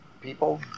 people